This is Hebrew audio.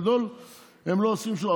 בגדול הם לא עושים שום דבר,